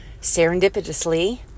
serendipitously